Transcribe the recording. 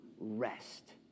rest